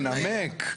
לנמק?